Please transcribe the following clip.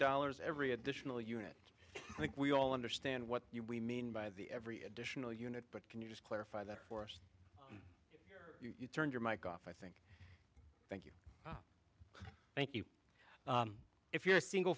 dollars every additional unit i think we all understand what you we mean by the every additional unit but can you just clarify that for us you turned your mike off i think you thank you if you're single